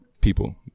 people